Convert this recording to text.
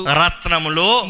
Ratnamulu